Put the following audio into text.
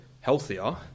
healthier